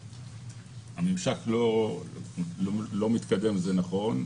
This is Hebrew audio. הממשק לא מתקדם, זה נכון.